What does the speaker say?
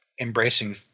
embracing